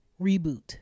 reboot